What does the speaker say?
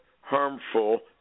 harmful